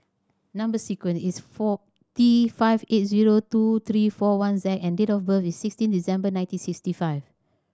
number sequence is four T five eight zero two three four one Z and date of birth is sixteen December nineteen sixty five